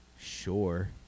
sure